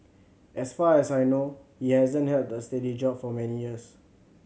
as far as I know he hasn't held a steady job for many years